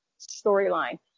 storyline